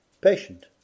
patient